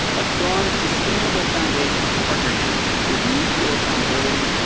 a strong sustainable foundation of partnerships with mutual accountability,